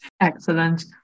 Excellent